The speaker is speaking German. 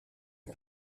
mit